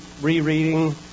rereading